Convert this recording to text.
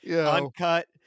Uncut